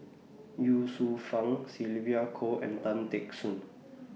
Ye Shufang Sylvia Kho and Tan Teck Soon